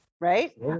right